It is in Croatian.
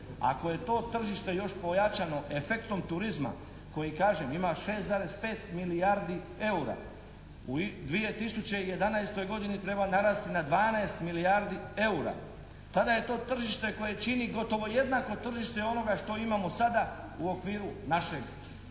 ako je to tržište još pojačano efektom turizma koji kažem ima 6,5 milijardi EUR-a u 2011. godini treba narasti na 12 milijardi EUR-a, tada je to tržište koje čini gotovo jednako tržište onoga što imamo sada u okviru našeg